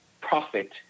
profit